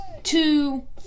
two